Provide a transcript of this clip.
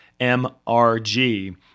MRG